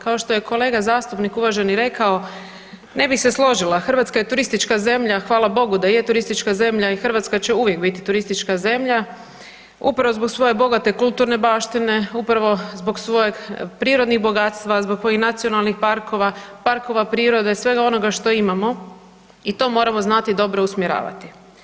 Kao što je kolega zastupnik uvaženi rekao, ne bi se složila Hrvatska je turistička zemlja, hvala Bogu da je turistička zemlja i Hrvatska će uvijek biti turistička zemlja upravo zbog svoje bogate kulturne baštine, upravo zbog svojih prirodnih bogatstva, zbog nacionalnih parkova, parkova prirode, svega onoga što imamo i to moramo znati dobro usmjeravati.